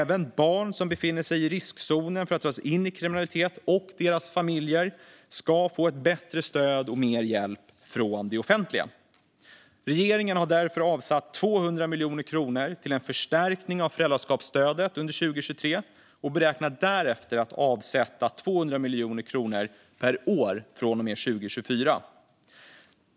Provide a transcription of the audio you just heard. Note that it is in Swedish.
Även barn som befinner sig i riskzonen för att dras in i kriminalitet och deras familjer ska få bättre stöd och mer hjälp från det offentliga. Regeringen har därför avsatt 200 miljoner kronor till en förstärkning av föräldraskapsstödet under 2023 och beräknar därefter att avsätta 200 miljoner kronor per år från 2024.